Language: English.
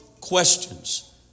questions